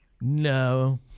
No